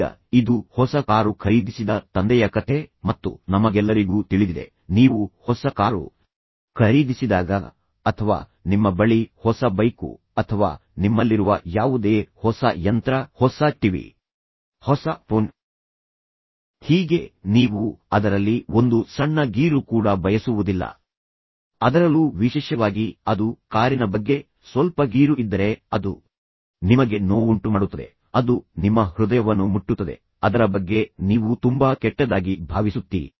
ಈಗ ಇದು ಹೊಸ ಕಾರು ಖರೀದಿಸಿದ ತಂದೆಯ ಕಥೆ ಮತ್ತು ನಮಗೆಲ್ಲರಿಗೂ ತಿಳಿದಿದೆ ನೀವು ಹೊಸ ಕಾರು ಖರೀದಿಸಿದಾಗ ಅಥವಾ ನಿಮ್ಮ ಬಳಿ ಹೊಸ ಬೈಕು ಅಥವಾ ನಿಮ್ಮಲ್ಲಿರುವ ಯಾವುದೇ ಹೊಸ ಯಂತ್ರ ಹೊಸ ಟಿವಿ ಹೊಸ ಫೋನ್ ಹೀಗೆ ನೀವು ಅದರಲ್ಲಿ ಒಂದು ಸಣ್ಣ ಗೀರು ಕೂಡ ಬಯಸುವುದಿಲ್ಲ ಅದರಲ್ಲೂ ವಿಶೇಷವಾಗಿ ಅದು ಕಾರಿನಾಗ ಸ್ವಲ್ಪ ಗೀರು ಇದ್ದರೆ ಅದು ನಿಮಗೆ ನೋವುಂಟುಮಾಡುತ್ತದೆ ಅದು ನಿಮ್ಮ ಹೃದಯವನ್ನು ಮುಟ್ಟುತ್ತದೆ ಅದರ ಬಗ್ಗೆ ನೀವು ತುಂಬಾ ಕೆಟ್ಟದಾಗಿ ಭಾವಿಸುತ್ತೀರಿ